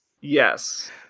Yes